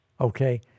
okay